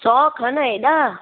सौ खनि हेडा